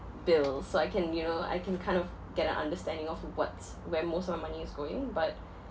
bills so I can you know I can kind of get an understanding of what's where most of my money is going but